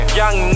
young